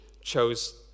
chose